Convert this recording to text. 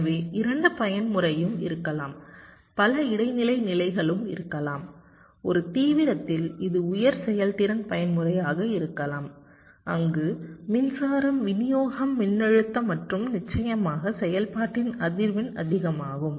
எனவே இரண்டு பயன்முறையும் இருக்கலாம் பல இடைநிலை நிலைகளும் இருக்கலாம் ஒரு தீவிரத்தில் இது உயர் செயல்திறன் பயன்முறையாக இருக்கலாம் அங்கு மின்சாரம் விநியோக மின்னழுத்தம் மற்றும் நிச்சயமாக செயல்பாட்டின் அதிர்வெண் அதிகமாகும்